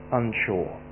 unsure